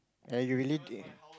are you really there